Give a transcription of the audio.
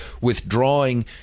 withdrawing